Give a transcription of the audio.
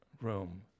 room